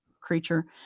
creature